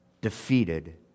defeated